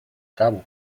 cabo